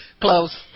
Close